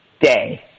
day